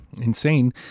insane